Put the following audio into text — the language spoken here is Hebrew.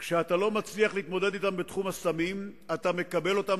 כשאתה לא מצליח להתמודד אתם בתחום הסמים אתה מקבל אותם